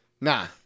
Nah